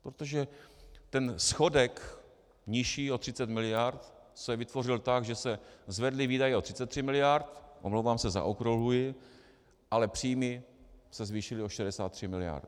Protože ten schodek nižší o 30 mld. se vytvořil tak, že se zvedly výdaje o 33 mld., omlouvám se, zaokrouhluji, ale příjmy se zvýšily o 63 mld.